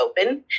open